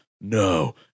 No